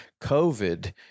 COVID